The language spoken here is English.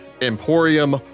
Emporium